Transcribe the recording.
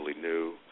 new